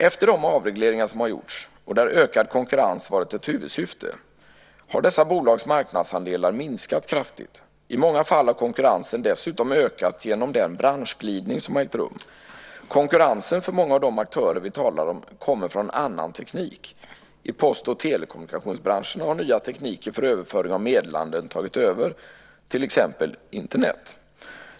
Efter de avregleringar som har gjorts, där ökad konkurrens varit ett huvudsyfte, har dessa bolags marknadsandelar minskat kraftigt. I många fall har konkurrensen dessutom ökat genom den branschglidning som har ägt rum. Konkurrensen för många av de aktörer vi talar om kommer från annan teknik. I post och telekommunikationsbranscherna har nya tekniker för överföring av meddelanden tagit över, till exempel Internet.